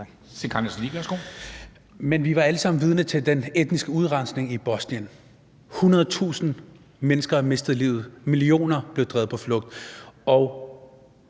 vi var alle sammen vidner til den etniske udrensning i Bosnien. 100.000 mennesker mistede livet, millioner blev drevet på flugt,